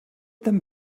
them